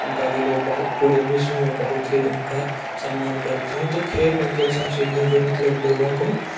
उनका भी लोग बहुत पूरे विश्व में बहुत ही उनका सम्मान करते हैं तो खेल एक ऐसा चीज़ है जो मतलब लोगों को